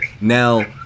Now